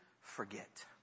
forget